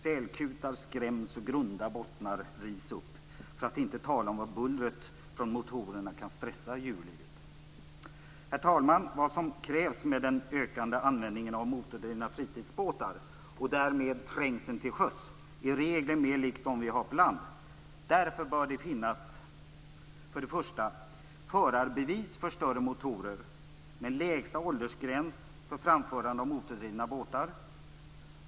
Sälkutar skräms, och grunda bottnar rivs upp, för att inte tala om hur bullret från motorerna kan stressa djurlivet. Herr talman! Vad som krävs i och med den ökande användningen av motordrivna fritidsbåtar och därmed trängseln till sjöss är regler mer lika dem vi har på land. Därför bör det för det första finnas förarbevis för större motorer, med en lägsta åldersgräns för framförande av motordrivna båtar.